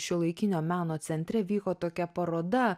šiuolaikinio meno centre vyko tokia paroda